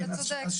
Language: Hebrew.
אתה צודק.